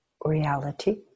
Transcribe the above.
Reality